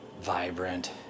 vibrant